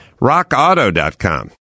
RockAuto.com